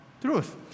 truth